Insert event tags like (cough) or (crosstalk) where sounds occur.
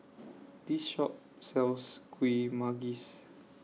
(noise) This Shop sells Kuih Manggis